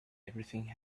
everything